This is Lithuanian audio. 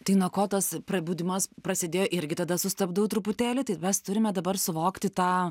tai nuo ko tas prabudimas prasidėjo irgi tada sustabdau truputėlį tai mes turime dabar suvokti tą